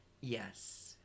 Yes